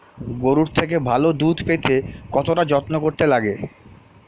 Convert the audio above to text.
গরুর থেকে ভালো দুধ পেতে কতটা যত্ন করতে লাগে